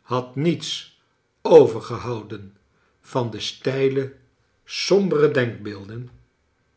had niets over gehouden van de steile sombere dcnkbeelden